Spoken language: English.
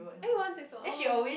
eh you one six what orh